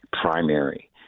primary